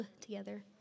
together